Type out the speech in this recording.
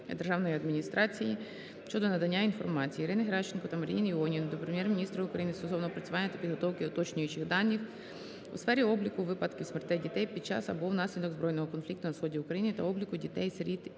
державної адміністрації щодо надання інформації. Ірини Геращенко та Марії Іонової до Прем'єр-міністра України стосовно опрацювання та підготовки уточнюючих даних у сфері обліку випадків смертей дітей під час або внаслідок збройного конфлікту на сході України та обліку дітей-сиріт і